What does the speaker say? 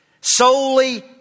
solely